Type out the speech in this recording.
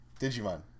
Digimon